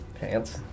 Pants